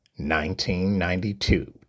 1992